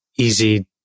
easy